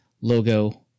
logo